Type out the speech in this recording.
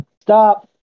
Stop